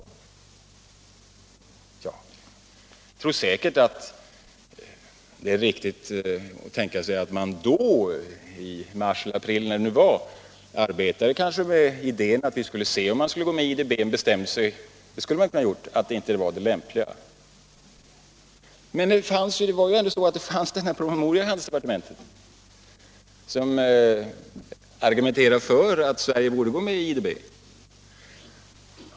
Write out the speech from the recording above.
Jag tror säkert att det är riktigt att tänka sig att man då, i mars eller april eller när det nu var, kanske arbetade med idén att vi skulle se om man skulle gå med i IDB men senare kunde ha bestämt sig för att det inte var det lämpliga. Men i handelsdepartementet fanns ju ändå den här promemorian, som argumenterar för att Sverige borde gå med i IDB.